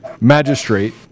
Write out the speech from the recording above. magistrate